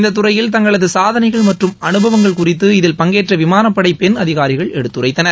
இந்த துறையில் தங்களது சாதனைகள் மற்றும் அனுபவங்கள் குறித்து இதில் பங்கேற்ற விமானப்படை பெண் அதிகாரிகள் எடுத்துரைத்தனர்